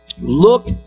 look